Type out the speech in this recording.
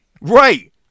Right